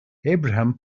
abraham